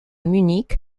munich